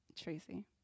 Tracy